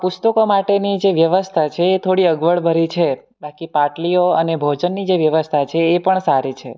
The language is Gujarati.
પુસ્તકો માટેની જે વ્યવસ્થા છે એ થોડી અગવડભરી છે બાકી પાટલીઓ અને ભોજનની જે વ્યવસ્થા છે એ પણ સારી છે